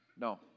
no